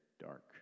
dark